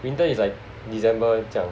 winter is like December 这样